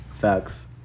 Facts